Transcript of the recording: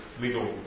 Legal